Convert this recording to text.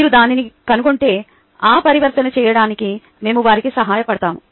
మీరు దానిని కనుగొంటే ఆ పరివర్తన చేయడానికి మేము వారికి సహాయపడతాము